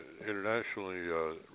internationally